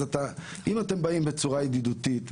אם אתם באים בצורה ידידותית,